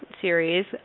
series